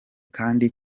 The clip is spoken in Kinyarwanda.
kandi